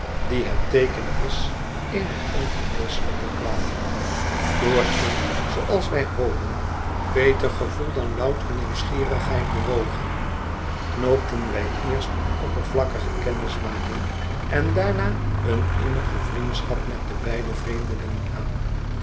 die het teeken is eener ongeneeselijke kwaal door een zooals wij hopen beter gevoel dan louter nieuwsgierigheid bewogen knoopten wij eerst een oppervlakkige kennismaking en daarna een innige vriendschap met de beide vreemdelingen aan